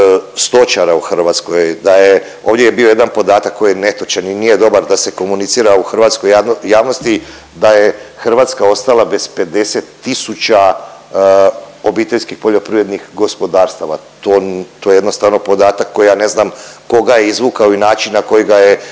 stočara u Hrvatskoj da je, ovdje je bio jedan podatak koji je netočan i nije dobar da se komunicira u hrvatskoj javnosti da je Hrvatska ostala bez 50 tisuća obiteljskih poljoprivrednih gospodarstava. To je jednostavno podatak koji ja ne znam tko ga je izvukao i način na koji ga je